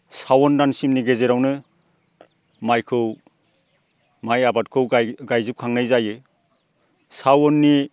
सावन दानसिमनि गेजेरावनो माइखौ माइ आबादखौ गायजोबखांनाय जायो सावननि